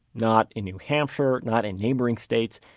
not in new hampshire, not in neighboring states,